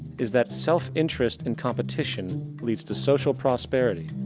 is that self interest and competition leads to social prosperity,